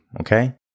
okay